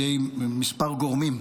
בידי כמה גורמים: